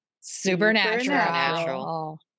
Supernatural